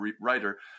writer